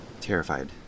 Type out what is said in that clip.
Terrified